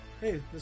hey